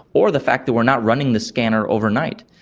or the fact that we are not running the scanner overnight.